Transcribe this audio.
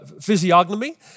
physiognomy